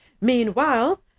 Meanwhile